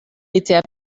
était